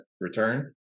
return